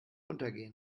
untergehen